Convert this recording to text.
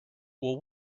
will